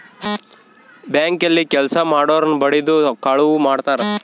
bank ಅಲ್ಲಿ ಕೆಲ್ಸ ಮಾಡೊರ್ನ ಬಡಿದು ಕಳುವ್ ಮಾಡ್ತಾರ